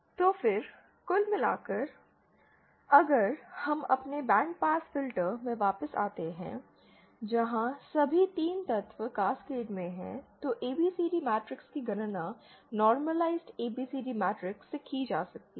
तो फिर कुल मिलाकर अगर हम अपने बैंड पास फिल्टर में वापस आते हैं जहां सभी 3 तत्व कैस्केड में हैं तो ABCD मैट्रिक्स की गणना नॉर्मलआईजड ABCD मैट्रिक्स से की जा सकती है